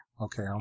Okay